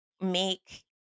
make